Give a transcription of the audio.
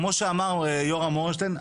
כמו שאמר יורם ארנשטיין,